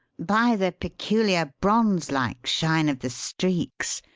by the peculiar bronze-like shine of the streaks,